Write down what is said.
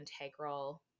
integral